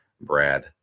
brad